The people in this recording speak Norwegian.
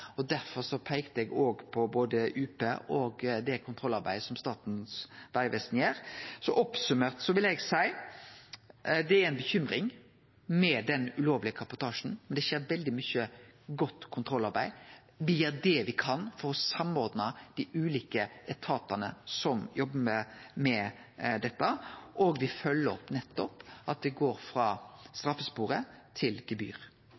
Derfor peikte eg òg på både UP og det kontrollarbeidet som Statens vegvesen gjer. Oppsummert vil eg seie at det er ei bekymring med den ulovlege kabotasjen, men det skjer veldig mykje godt kontrollarbeid. Me gjer det me kan for å samordne dei ulike etatane som jobbar med dette, og me følgjer opp at det går frå straffesporet til gebyr.